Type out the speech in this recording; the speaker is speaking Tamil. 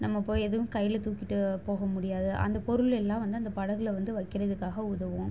நம்ம போய் எதுவும் கையில் தூக்கிட்டு போக முடியாது அந்த பொருள் எல்லாம் வந்து அந்த படகில் வந்து வைக்கிறதுக்காக உதவும்